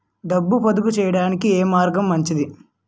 డబ్బు పొదుపు చేయటానికి ఏ మార్గం మంచిది?